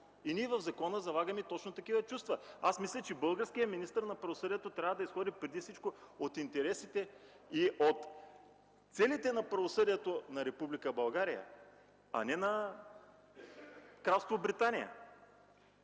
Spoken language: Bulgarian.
Ние в закона залагаме точно такива чувства. Мисля, че българският министър на правосъдието трябва да изходи преди всичко от интересите, от целите на правосъдието на Република България, а не на Кралство Британия.